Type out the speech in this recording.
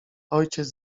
ojciec